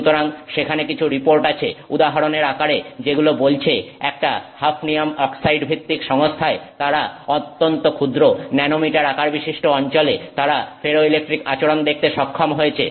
সুতরাং সেখানে কিছু রিপোর্ট আছে উদাহরণের আকারে যেগুলো বলছে একটা হাফনিয়াম অক্সাইড ভিত্তিক সংস্থায় তারা অত্যন্ত ক্ষুদ্র ন্যানোমিটার আকারবিশিষ্ট অঞ্চলে তারা ফেরোইলেকট্রিক আচরণ দেখতে সক্ষম হয়েছে